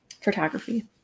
photography